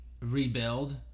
rebuild